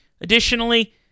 Additionally